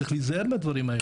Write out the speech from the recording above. צריך להיזהר בדברים האלה.